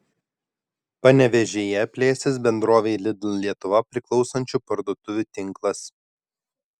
panevėžyje plėsis bendrovei lidl lietuva priklausančių parduotuvių tinklas